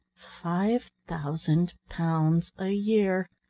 five thousand pounds a year!